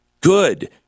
Good